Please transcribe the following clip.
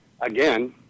again